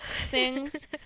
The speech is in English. sings